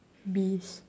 bees